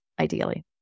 ideally